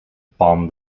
bomb